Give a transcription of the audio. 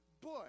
bush